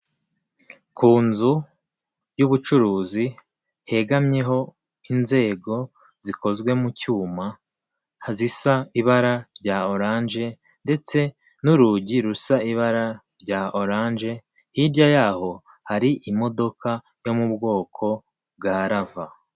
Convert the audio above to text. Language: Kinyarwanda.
Ku inzu y'ubucuruzi hegamyeho inzego zikozwe mu cyuma, zisa ibara rya oranje ndetse n'urugi rusa ibara rya oranje, hirya yaho hari imodoka yo mu bwoko bwa rava.